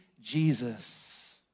Jesus